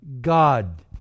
God